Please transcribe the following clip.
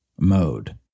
mode